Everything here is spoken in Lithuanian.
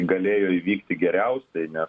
galėjo įvykti geriausiai nes